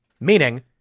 Meaning